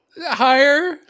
Higher